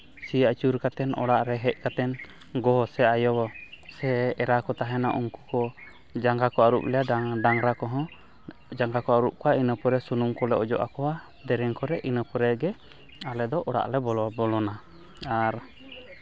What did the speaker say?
ᱥᱤᱭ ᱟᱹᱪᱩᱨ ᱠᱟᱛᱮ ᱚᱲᱟᱜ ᱨᱮ ᱦᱮᱡ ᱠᱟᱛᱮ ᱜᱚ ᱥᱮ ᱟᱭᱳ ᱥᱮ ᱮᱨᱟ ᱠᱚ ᱛᱟᱦᱮᱱᱟ ᱩᱱᱠᱩ ᱠᱚ ᱡᱟᱸᱜᱟ ᱠᱚ ᱟᱹᱨᱩᱵ ᱞᱮᱭᱟ ᱰᱟᱝᱨᱟ ᱠᱚ ᱦᱚᱸ ᱡᱟᱸᱜᱟ ᱠᱚ ᱟᱹᱨᱩᱵ ᱠᱚᱣᱟ ᱤᱱᱟᱹ ᱯᱚᱨᱮ ᱥᱩᱱᱩᱢ ᱠᱚᱞᱮ ᱚᱡᱚᱜ ᱟᱠᱚᱣᱟ ᱫᱮᱹᱨᱮᱹᱧ ᱠᱚᱨᱮ ᱤᱱᱟᱹ ᱯᱚᱨᱮ ᱜᱮ ᱟᱞᱮ ᱫᱚ ᱚᱲᱟᱜ ᱞᱮ ᱵᱚᱞᱚ ᱵᱚᱞᱚᱱᱟ ᱟᱨ